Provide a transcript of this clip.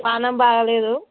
పాణం బాగలేదు